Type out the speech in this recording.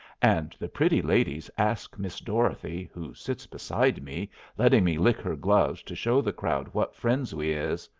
and the pretty ladies ask miss dorothy, who sits beside me letting me lick her gloves to show the crowd what friends we is,